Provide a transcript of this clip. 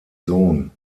sohn